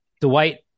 Dwight